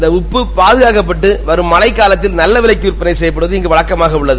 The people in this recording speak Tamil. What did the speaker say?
இந்த உப்பு பாதுகாக்கப்பட்டு வரும் மழழக்காலத்தில் நல்ல விலைக்கு விற்பனை செய்யப்படுவது இங்கு வழக்கமாக உள்ளது